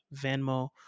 Venmo